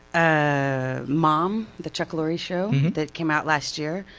ah mom, the chuck laury show that came out last year.